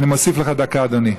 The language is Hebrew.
אני מוסיף לך דקה, אדוני.